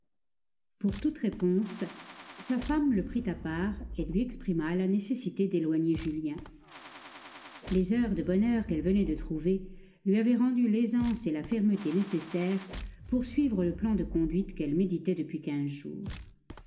pour toute réponse sa femme le prit à part et lui exprima la nécessité d'éloigner julien les heures de bonheur qu'elle venait de trouver lui avaient rendu l'aisance et la fermeté nécessaires pour suivre le plan de conduite qu'elle méditait depuis quinze jours